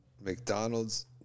McDonald's